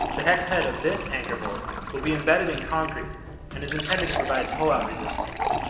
the hex head of this anchor bolt will be embedded in concrete and is intended to provide pull-out resistance.